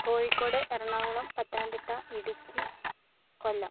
Kozhikode Ernakulam Pathanamthitta Idukki Kollam